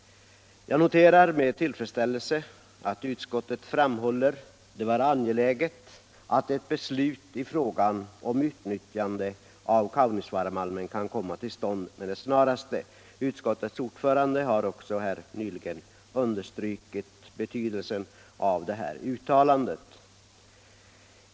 Jag noterar med tillfredsställelse att utskottet framhåller det vara angeläget att ett beslut i frågan om utnyttjande av Kaunisvaaramalmen kan komma till stånd med det snaraste. Utskottets ordförande har också alldeles nyss understrukit betydelsen av detta uttalande.